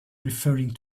referring